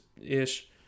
ish